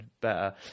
better